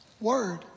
word